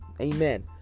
amen